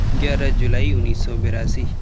گیارہ جولائی انیس سو بیاسی